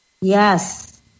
Yes